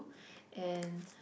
and